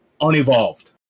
unevolved